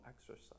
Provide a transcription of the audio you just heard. exercise